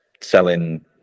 selling